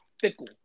fickle